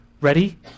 Ready